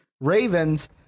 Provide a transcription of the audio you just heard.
Ravens